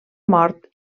mort